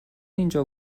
اینجا